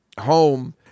home